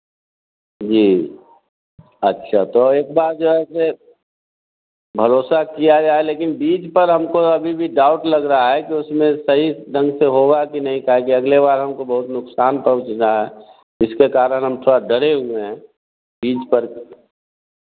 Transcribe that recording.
जी अच्छा तो एक बार जो है ऐसे भरोसा किया जाए लेकिन बीज पर हमको अभी भी डाउट लग रहा है कि उसमें सही ढंग से होगा की नहीं काहे कि अगले बार हमको बहुत नुकसान पहुँच रहा है इसके कारण हम थोड़ा डरे हुए हैं बीज पर